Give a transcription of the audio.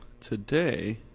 today